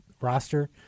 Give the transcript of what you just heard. roster